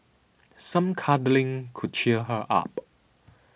some cuddling could cheer her up